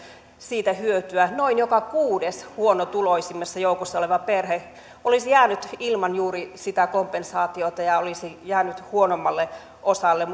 siitä hyötyä noin joka kuudes huonotuloisimmassa joukossa oleva perhe olisi jäänyt ilman juuri sitä kompensaatiota ja huonommalle osalle